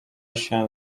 się